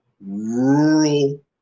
rural